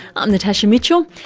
i'm natasha mitchell,